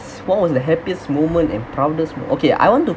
what was the happiest moment and proudest mo~ okay I want to